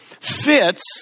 fits